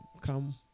come